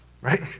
Right